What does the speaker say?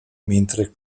mentre